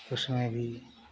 उसमें भी